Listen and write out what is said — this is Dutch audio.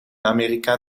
amerika